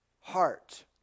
heart